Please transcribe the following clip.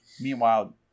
Meanwhile